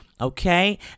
Okay